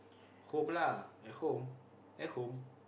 home lah at home at home